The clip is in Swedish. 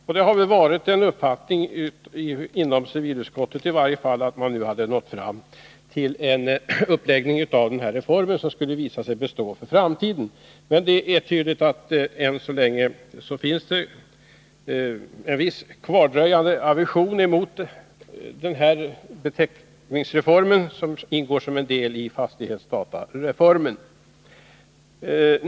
Och i varje fall inom civilutskottet har vi haft uppfattningen att vi nu hade nått fram till en uppläggning vad gäller den här reformen som skulle bestå för framtiden. Men det är tydligt att det än så länge finns en viss kvardröjande aversion mot den beteckningsreform som ingår som en del i fastighetsdatareformen.